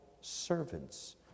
servants